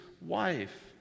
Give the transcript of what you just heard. wife